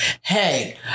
Hey